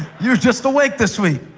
you're just awake this week.